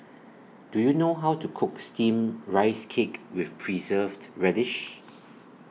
Do YOU know How to Cook Steamed Rice Cake with Preserved Radish